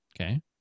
okay